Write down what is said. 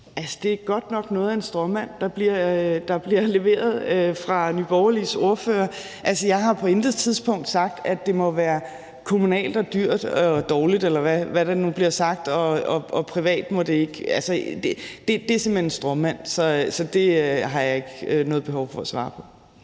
det er godt nok noget af en stråmand, der bliver leveret af Nye Borgerliges ordfører. Jeg har på intet tidspunkt sagt, at det må være kommunalt og dyrt og dårligt, eller hvad der nu bliver sagt, og at det ikke må være privat. Det er simpelt hen en stråmand, så det har jeg ikke noget behov for at svare på.